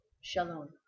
Shalom